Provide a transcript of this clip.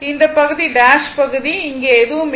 இந்த பகுதி டேஷ் பகுதி இங்கே எதுவும் இல்லை